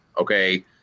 okay